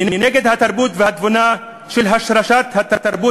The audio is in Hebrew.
אני נגד התרבות והתבונה של השרשת התרבות